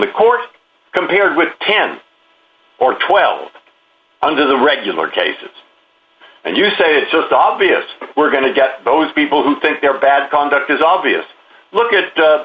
the courts compared with ten or twelve under the regular cases and you say it's just obvious we're going to get those people who think they're bad conduct is obvious look at